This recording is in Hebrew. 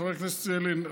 חבר הכנסת ילין,